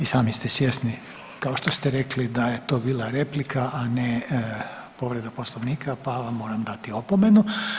I sami ste svjesni kao što ste rekli da je to bila replika, a ne povreda poslovnika pa vam moram dati opomenu.